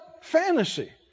fantasy